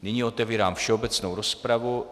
Nyní otevírám všeobecnou rozpravu.